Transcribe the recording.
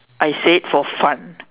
I said for fun